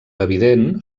evident